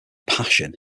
passion